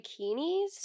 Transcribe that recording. bikinis